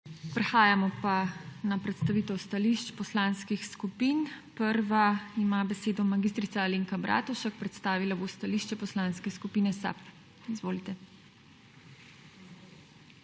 Prehajamo na predstavitev stališč poslanskih skupin. Prva ima besedo mag. Alenka Bratušek, predstavila bo stališče Poslanske skupine SAB. Izvolite.